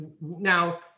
Now